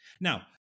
Now